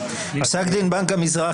(היו"ר משה סעדה, 09:58) לפסק דין בנק המזרחי.